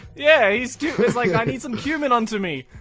yeah, he's like i need some cumin on to me!